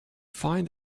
find